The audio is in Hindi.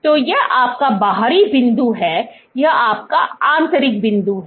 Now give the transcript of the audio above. तो यह आपका बाहरी बिंदु है यह आपका आंतरिक बिंदु है